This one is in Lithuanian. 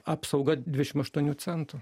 apsauga dvidešim aštuonių centų